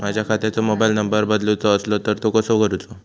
माझ्या खात्याचो mobile number बदलुचो असलो तर तो कसो करूचो?